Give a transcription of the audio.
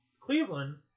Cleveland